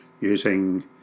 using